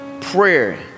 prayer